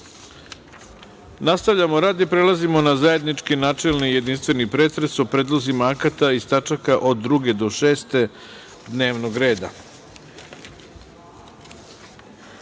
Mihajlović. Nastavljamo rad i prelazimo na zajednički načelni i jedinstveni pretres o predlozima akata iz tačaka od 2. do 6. dnevnog